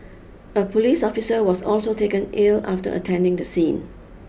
a police officer was also taken ill after attending the scene